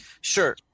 Sure